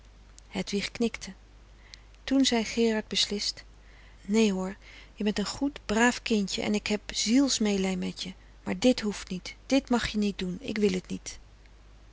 hedwig knikte toen zei gerard beslist nee hoor je bent een goed braaf kintje en ik heb ziels meelij met je maar dit hoeft niet dit mag je niet doen ik wil het niet